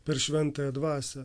per šventąją dvasią